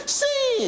see